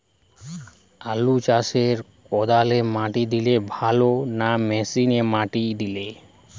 আলু চাষে কদালে মাটি দিলে ভালো না মেশিনে মাটি দিলে?